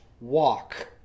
walk